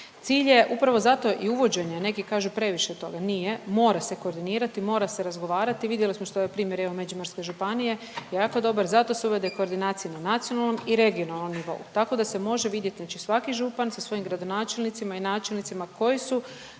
Cilj je upravo zato i uvođenje, neki kažu previše toga, nije, mora se koordinirati i mora se razgovarati, vidjeli smo što je, primjer, Međimurske županije, jako dobar, zato se uvode koordinacije na nacionalnom i regionalnom nivou, tako da se može vidjeti, znači svaki župan sa svojim gradonačelnicima i načelnicima koji su